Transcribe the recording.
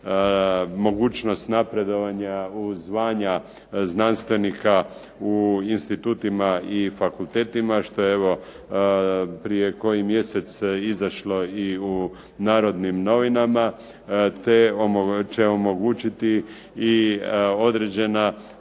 mogućnost napredovanja u zvanja znanstvenika u institutima i fakultetima, što evo prije koji mjesec izašlo i u "Narodnim novinama", te će omogućiti i određena